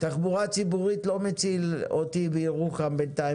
תחבורה ציבורית לא מציל אותי בירוחם בינתיים,